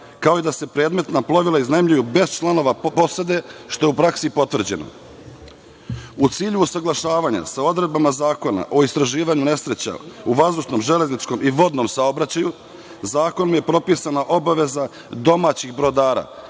kao i da se predmetna plovila iznajmljuju bez članova posade, što je u praksi potvrđeno.U cilju usaglašavanja sa odredbama Zakona o istraživanju nesreća u vazdušnom, železničkom i vodnom saobraćaju zakonom je propisana obaveza domaćih brodara